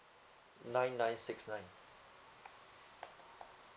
nine nine six nine